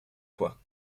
quoi